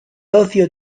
ocio